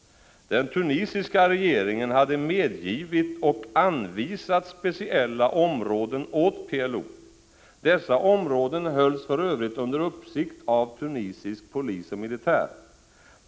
Den tunisiska regeringen hade medgivit och anvisat speciella områden åt PLO. Dessa områden hölls för övrigt under uppsikt av tunisisk polis och militär.